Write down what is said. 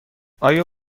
آیا